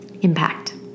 impact